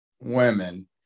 women